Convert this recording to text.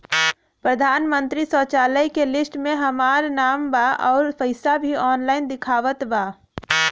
प्रधानमंत्री शौचालय के लिस्ट में हमार नाम बा अउर पैसा भी ऑनलाइन दिखावत बा